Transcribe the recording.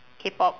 K-pop